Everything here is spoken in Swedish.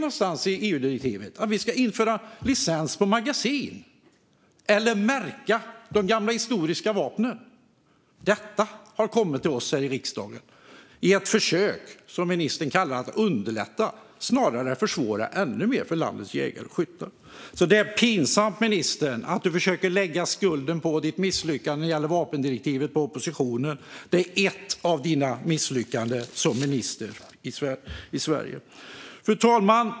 Var i EU-direktivet står det att man ska införa licens på magasin eller märka de gamla historiska vapnen? Detta har kommit till oss här i riksdagen i ett försök som ministern kallar att underlätta men som snarare försvårar ännu mer för landets jägare och skyttar. Det är pinsamt, ministern, att du försöker att lägga skulden för ditt misslyckande när det gäller vapendirektivet på oppositionen. Det är ett av dina misslyckanden som minister i Sverige. Fru talman!